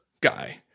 guy